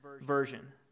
version